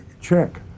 check